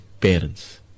parents